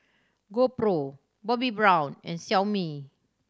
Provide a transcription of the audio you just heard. GoPro Bobbi Brown and Xiaomi